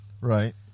Right